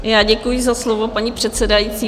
Já děkuji za slovo, paní předsedající.